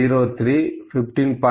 03 15